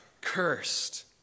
cursed